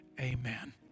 Amen